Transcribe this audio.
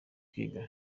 kwiga